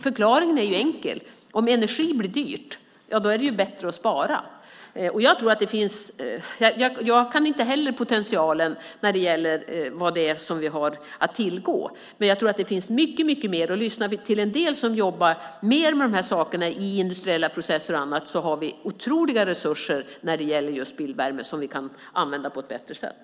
Förklaringen är enkel: Om energin blir dyr är det bättre att spara. Jag känner inte heller till precis vilken potential vi har att tillgå, men jag tror att det finns mycket mer. Enligt en del som jobbar med detta i industriella processer och annat finns det otroliga resurser i form av just spillvärme, som vi kan använda på ett bättre sätt.